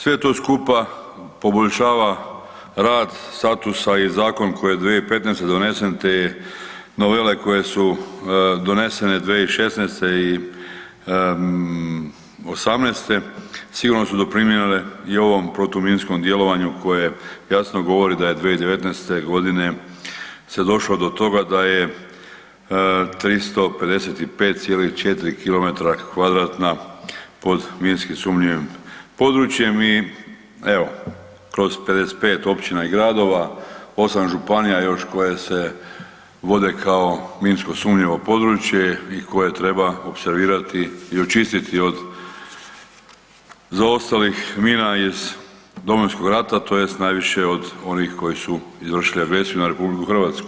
Sve to skupa poboljšava rad, statusa i zakon koji je 2015.donesen te novele koje su donesene 2016.i '18.sigurno su doprinijele i ovom protuminskom djelovanju koje jasno govori da je 2019.g. se došlo do toga da je 355,4 km2 pod minskim sumnjivim područjem i evo kroz 55 općina i gradova, 8 županija i još koje se vode kao minsko sumnjivo područje i koje treba opservirati i očistiti od zaostalih mina iz Domovinskog rata tj. najviše od onih koji su izvršili agresiju na RH.